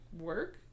work